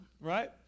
right